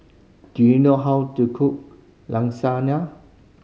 do you know how to cook Lasagne